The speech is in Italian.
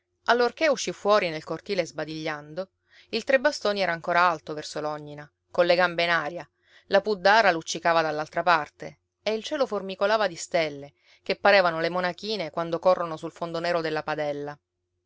allorché uscì fuori nel cortile sbadigliando il tre bastoni era ancora alto verso l'ognina colle gambe in aria la puddara luccicava dall'altra parte e il cielo formicolava di stelle che parevano le monachine quando corrono sul fondo nero della padella